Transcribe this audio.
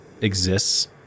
exists